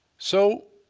so